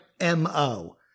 MO